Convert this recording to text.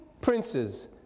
princes